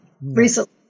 recently